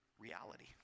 reality